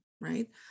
Right